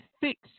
fix